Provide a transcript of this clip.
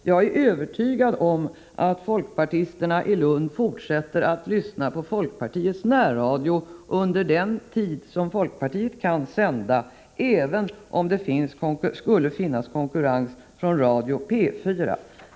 Jag är övertygad om att folkpartisterna i Lund fortsätter att lyssna på folkpartiets närradio under den tid som folkpartiet kan sända, även om det skulle finnas konkurrens från Radio P4.